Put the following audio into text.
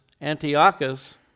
Antiochus